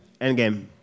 Endgame